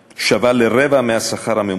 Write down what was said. שווה לרבע מהשכר הממוצע,